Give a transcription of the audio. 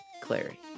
Clary